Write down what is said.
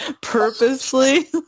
purposely